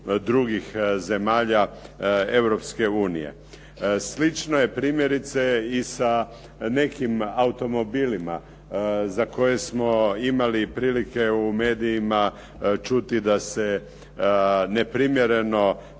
drugih zemalja Europske unije. Slično je primjerice i sa nekim automobilima za koje smo imali prilike u medijima čuti da se neprimjerno